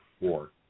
four